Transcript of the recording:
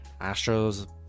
Astros